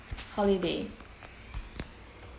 holiday